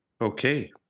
Okay